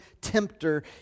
tempter